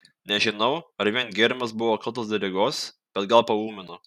nežinau ar vien gėrimas buvo kaltas dėl ligos bet gal paūmino